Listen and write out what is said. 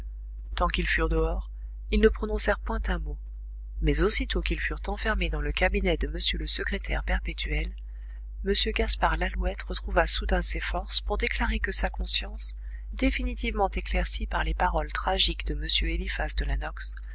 tant qu'ils furent dehors ils ne prononcèrent point un mot mais aussitôt qu'ils furent enfermés dans le cabinet de m le secrétaire perpétuel m gaspard lalouette retrouva soudain ses forces pour déclarer que sa conscience définitivement éclaircie par les paroles tragiques de m eliphas de la nox